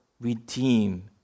redeem